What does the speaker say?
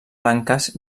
blanques